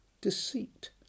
deceit